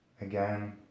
again